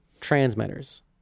transmitters